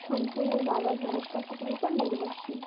সম্পূর্ণ বাবা ধনেশ পাখিটির উপর নির্ভরশীল